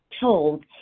told